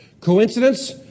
Coincidence